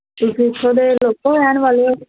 ਅਤੇ ਤੁਸੀਂ ਇੱਥੋਂ ਦੇ ਲੋਕਲ ਰਹਿਣ ਵਾਲੇ ਹੋ